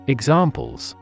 Examples